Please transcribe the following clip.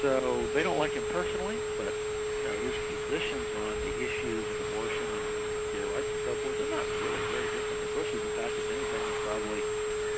so they don't like him personally, but you know his positions on the issues of abortion and gay rights and so forth are not really very different to bush's, in fact if anything he's probably